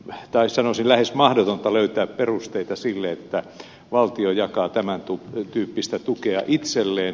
on sanoisin lähes mahdotonta löytää perusteita sille että valtio jakaa tämän tyyppistä tukea itselleen